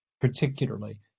particularly